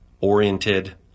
oriented